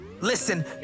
Listen